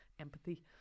empathy